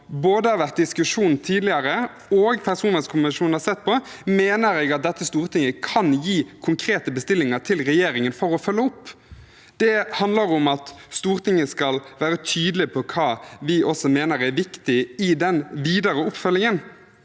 vært diskutert tidligere, og som personvernkommisjonen har sett på, mener jeg at dette Stortinget kan gi konkrete bestillinger til regjeringen om å følge opp. Det handler om at Stortinget skal være tydelig på hva vi mener er viktig i den videre oppfølgingen.